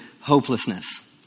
hopelessness